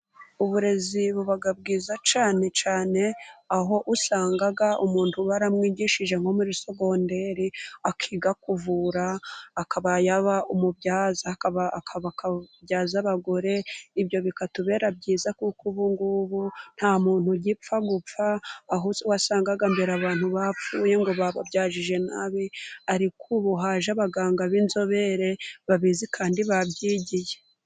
Uburezi buba bwiza cyane cyane, aho usanga umuntu baramwigishije nko muri sogonderi akiga kuvura, akaba yaba umubyaza, akabyaza abagore, ibyo bikatubera byiza kuko ubungubu nta muntu ugipfa gupfa aho wasangaga mbere abantu bapfuye ngo bababyaje nabi, ariko ubu haje abaganga b'inzobere babizi kandi babyigiye.